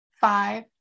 Five